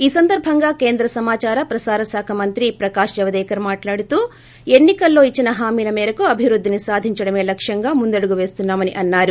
ఈ సందర్భంగా కేంద్ర సమాచార ప్రసారశాఖ మంత్రి ప్రకాశ్ జావడేకర్ మాట్లాడుతూ ఎన్ని కల్లో ఇచ్చిన హామీల మేరకు అభివృద్గిని సాధించడమే లక్ష్యంగా ముందడుగు వేస్తున్నా మని అన్నారు